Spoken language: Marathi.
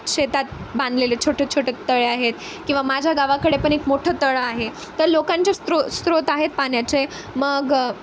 शेतात बांधलेले छोटे छोटे तळे आहेत किंवा माझ्या गावाकडे पण एक मोठं तळं आहे तर लोकांचे स्त्रो स्रोत आहेत पाण्याचे मग